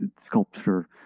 sculpture